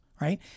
right